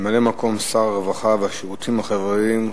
ממלא-מקום שר הרווחה והשירותים החברתיים,